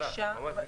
איילת, בקצרה, בבקשה.